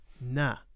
nah